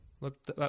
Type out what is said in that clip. look